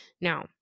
now